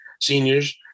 seniors